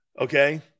Okay